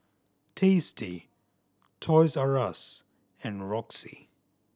Tasty Toys R Us and Roxy